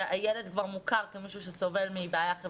הילד כבר מוכר כמישהו שסובל מבעיה חברתית.